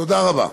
תודה רבה.